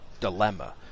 dilemma